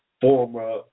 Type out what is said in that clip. former